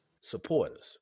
supporters